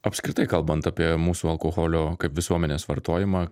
apskritai kalbant apie mūsų alkoholio kaip visuomenės vartojimą